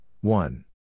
one